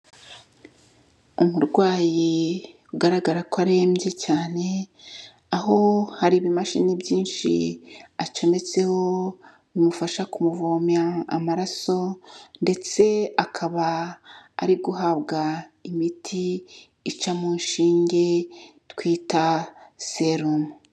Umurwayi ugaragara ko arembye cyane, aho hari ibimashini byinshi acometseho bimufasha kumuvomera amaraso ndetse akaba ari guhabwa imiti ica mu nshinge twita serumu.